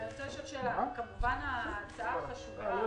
אני רוצה לשאול שאלה: כמובן, ההצעה חשובה, ואני